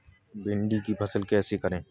भिंडी की फसल कैसे करें?